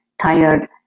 tired